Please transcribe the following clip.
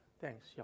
Thanks